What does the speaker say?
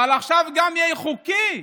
אבל עכשיו זה גם יהיה חוקי.